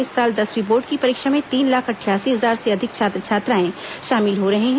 इस साल दसवीं बोर्ड की परीक्षा में तीन लाख अट्ठायासी हजार से अधिक छात्र छात्राएं शामिल हो रहे हैं